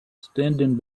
standing